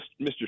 Mr